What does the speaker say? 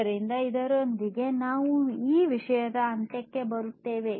ಆದ್ದರಿಂದ ಇದರೊಂದಿಗೆ ನಾವು ಈ ವಿಷಯದ ಅಂತ್ಯಕ್ಕೆ ಬರುತ್ತೇವೆ